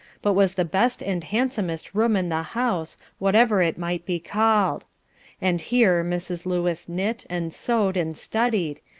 but was the best and handsomest room in the house, whatever it might be called and here mrs. lewis knit, and sewed and studied,